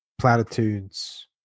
Platitudes